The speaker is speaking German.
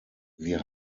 wir